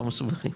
לא מסובכים.